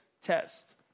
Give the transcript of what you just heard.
test